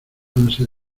hanse